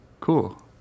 cool